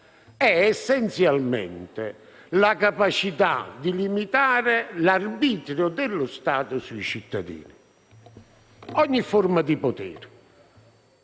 essenzialmente la capacità di limitare l'arbitrio dello Stato, di ogni forma di potere,